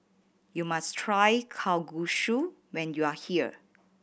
you must try Kalguksu when you are here